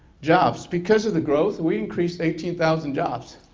jobs because of the grow, we increased eighteen thousand jobs.